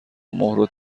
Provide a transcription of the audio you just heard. مهر